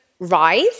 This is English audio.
rise